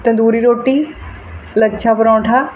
ਤੰਦੂਰੀ ਰੋਟੀ ਲੱਛਾ ਪਰੌਂਠਾ